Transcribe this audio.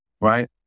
right